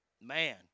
Man